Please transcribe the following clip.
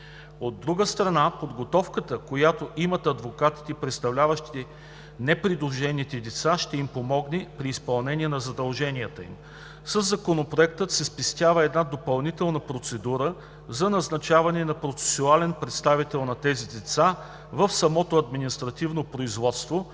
От друга страна, подготовката, която имат адвокатите, представляващи непридружените деца, ще им помогне при изпълнение на задълженията им. Със Законопроекта се спестява една допълнителна процедура за назначаване на процесуален представител на тези деца в самото административно производство,